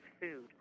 food